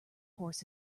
horse